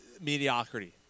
mediocrity